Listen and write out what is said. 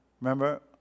Remember